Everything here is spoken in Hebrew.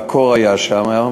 והקור היה שם,